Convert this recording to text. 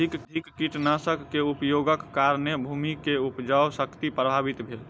अधिक कीटनाशक के उपयोगक कारणेँ भूमि के उपजाऊ शक्ति प्रभावित भेल